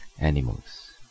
animals